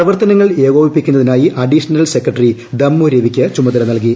പ്രവർത്തനങ്ങൾ ഏകോപിപ്പിക്കുന്നതിനായിരു additional secretary Dammu രവിയ്ക്ക് ചുമതല നൽകി